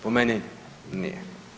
Po meni nije.